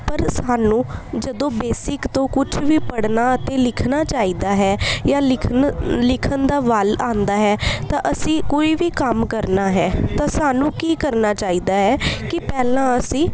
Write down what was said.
ਪਰ ਸਾਨੂੰ ਜਦੋਂ ਬੇਸਿਕ ਤੋਂ ਕੁਛ ਵੀ ਪੜ੍ਹਨਾ ਅਤੇ ਲਿਖਣਾ ਚਾਹੀਦਾ ਹੈ ਜਾਂ ਲਿਖਣ ਲਿਖਣ ਦਾ ਵੱਲ ਆਉਂਦਾ ਹੈ ਤਾਂ ਅਸੀਂ ਕੋਈ ਵੀ ਕੰਮ ਕਰਨਾ ਹੈ ਤਾਂ ਸਾਨੂੰ ਕੀ ਕਰਨਾ ਚਾਹੀਦਾ ਹੈ ਕਿ ਪਹਿਲਾਂ ਅਸੀਂ